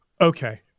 Okay